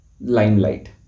limelight